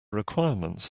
requirements